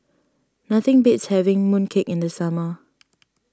nothing beats having Mooncake in the summer